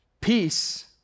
Peace